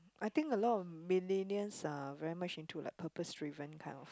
I think a lot of millennial's are very much into like purpose drive kind of